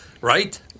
right